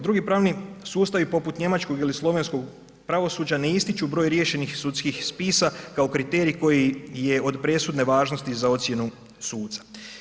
Drugi pravni sustavi poput njemačkog ili slovenskog pravosuđa ne ističu broj riješenih sudskih spisa kao kriterij koji je od presudne važnosti za ocjenu suca.